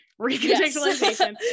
recontextualization